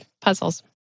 puzzles